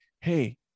hey